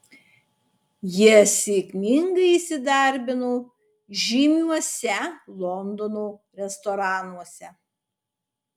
jie sėkmingai įsidarbino žymiuose londono restoranuose